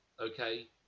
okay